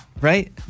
right